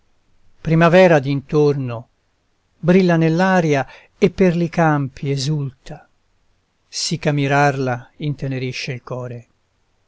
primavera dintorno brilla nell'aria e per li campi esulta sì ch'a mirarla intenerisce il core